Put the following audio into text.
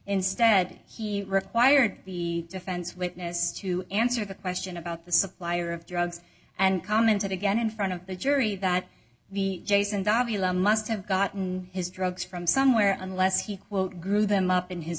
instead he required the defense witness to answer the question about the supplier of drugs and commented again in front of the jury that the jason giambi must have gotten his drugs from somewhere unless he quote grew them up in his